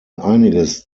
einiges